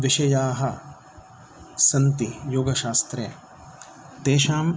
विषयाः सन्ति योगशास्त्रे तेषां